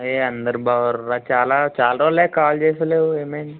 ఏయ్ అందరు బాగుర్రు రా చాలా చాలా రోజులాయ కాల్ చేస్తలేవు ఏమి అయ్యింది